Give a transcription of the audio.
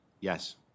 Yes